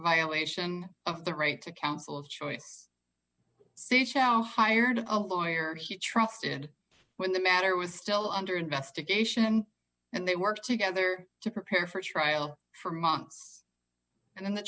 violation of the right to counsel choice c h l hired a lawyer he trusted when the matter was still under investigation and they worked together to prepare for trial for months and in the